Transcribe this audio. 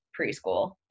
preschool